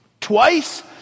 twice